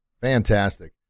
Fantastic